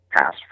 pass